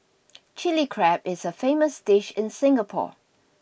Chilli Crab is a famous dish in Singapore